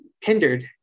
hindered